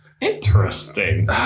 Interesting